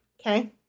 Okay